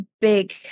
big